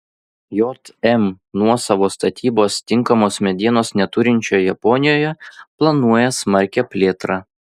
jm nuosavos statybos tinkamos medienos neturinčioje japonijoje planuoja smarkią plėtrą